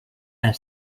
and